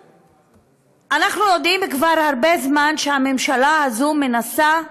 אנחנו יודעים כבר הרבה זמן שהממשלה הזאת מנסה,